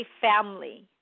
family